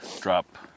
drop